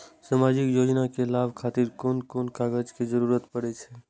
सामाजिक योजना के लाभक खातिर कोन कोन कागज के जरुरत परै छै?